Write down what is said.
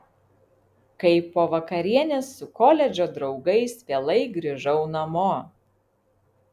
kai po vakarienės su koledžo draugais vėlai grįžau namo